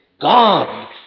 God